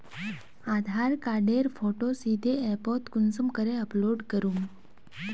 आधार कार्डेर फोटो सीधे ऐपोत कुंसम करे अपलोड करूम?